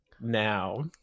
now